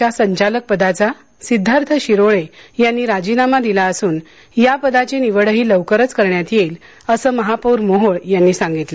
च्या संचालक पदाचा सिद्धार्थ शिरोळे यांनी राजीनामा दिला असून या पदाची निवडही लवकरच करण्यात येईल असं महापौर मोहोळ यांनी सांगितलं